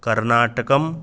कर्नाटकम्